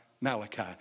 Malachi